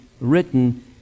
written